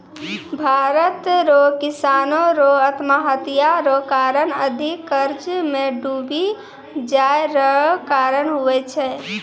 भारत रो किसानो रो आत्महत्या रो कारण अधिक कर्जा मे डुबी जाय रो कारण हुवै छै